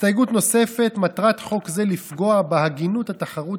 הסתייגות נוספת: מטרת חוק זה לפגוע בהגינות התחרות